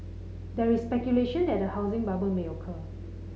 there is speculation that a housing bubble may occur